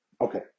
Okay